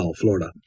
Florida